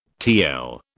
TL